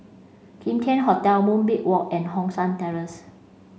Kim Tian Hotel Moonbeam Walk and Hong San Terrace